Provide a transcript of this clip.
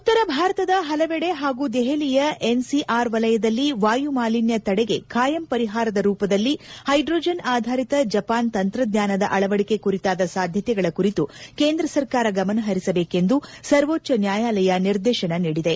ಉತ್ತರ ಭಾರತದ ಹಲವೆಡೆ ಹಾಗೂ ದೆಹಲಿಯ ಎನ್ ಸಿ ಆರ್ ವಲಯದಲ್ಲಿ ವಾಯು ಮಾಲಿನ್ಯ ತಡೆಗೆ ಖಾಯಂ ಪರಿಹಾರದ ರೂಪದಲ್ಲಿ ಹೈಡ್ರೊಜೆನ್ ಅಧಾರಿತ ಜಪಾನ್ ತಂತ್ರಜ್ಞಾನದ ಅಳವಡಿಕೆ ಕುರಿತಾದ ಸಾಧ್ಯತೆಗಳ ಕುರಿತು ಕೇಂದ್ರ ಸರ್ಕಾರ ಗಮನಹರಿಸಬೇಕೆಂದು ಸರ್ವೋಚ್ಚ ನ್ಯಾಯಾಲಯ ನಿರ್ದೇಶನ ನೀಡಿದೆ